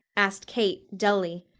asked kate, dully.